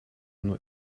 nur